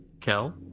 Kel